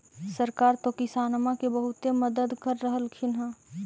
सरकार तो किसानमा के बहुते मदद कर रहल्खिन ह?